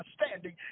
understanding